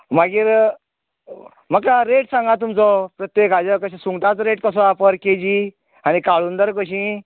मागीर म्हाका रेट सांगां तुमचो प्रत्येकाचे सुगंटांचो रेट कसो आसा पर के जी आनी काळुंदरा कशीं